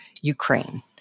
Ukraine